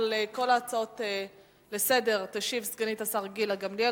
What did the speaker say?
על כל ההצעות לסדר-היום תשיב סגנית השר גילה גמליאל.